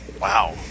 wow